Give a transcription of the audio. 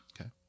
Okay